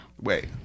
Wait